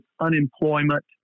unemployment